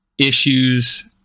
issues